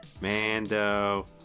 Mando